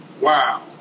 wow